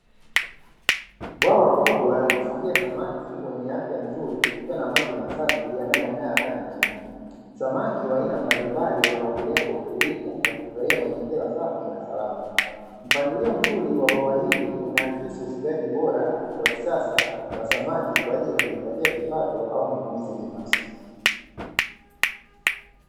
Bwawa kubwa la kufugia samaki wenye afya nzuri, likiwa na maji masafi yanayong’aa hadi chini. Samaki wa aina mbalimbali wanaogelea kwa utulivu, wakifurahia mazingira safi na salama. Mpangilio mzuri wa bwawa hili unaakisi ufugaji bora wa kisasa wa samaki kwa ajili ya kujipatia kipato au matumizi binafsi.